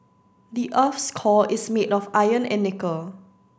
the earth's core is made of iron and nickel